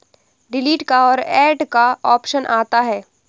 delete का और add का ऑप्शन आता है